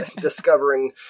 discovering